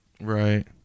Right